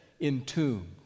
entombed